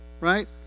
Right